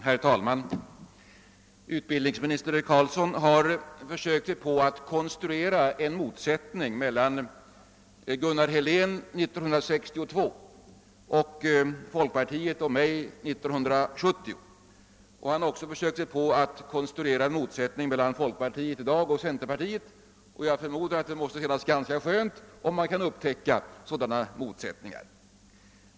Herr talman! = Utbildningsminister Carlsson har försökt sig på att konstruera en motsättning mellan å ena sidan Gunnar Helén 1962 och å andra sidan folkpartiet och mig 1970. Han har också försökt konstruera en motsättning mellan folkpartiet i dag och centerpartiet, och jag förmodar att det för honom måste kännas ganska skönt om man kan upptäcka sådana motsättningar.